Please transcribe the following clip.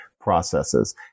processes